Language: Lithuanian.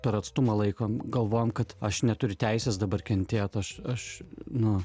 per atstumą laikom galvojam kad aš neturiu teisės dabar kentėt aš aš nu